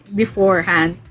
beforehand